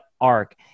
arc